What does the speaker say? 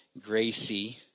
Gracie